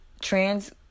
trans